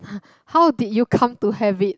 how did you come to have it